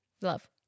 Love